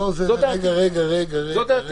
המטרה כרגע היא לראות שהפיילוט הזה עובד.